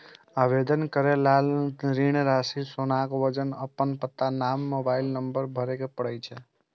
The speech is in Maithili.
आवेदन करै काल ऋण राशि, सोनाक वजन, अपन पता, नाम, मोबाइल नंबर भरय पड़ै छै